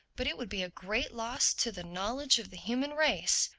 but it would be a great loss to the knowledge of the human race.